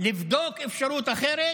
לבדוק אפשרות אחרת,